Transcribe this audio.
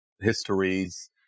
histories